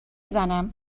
بزنم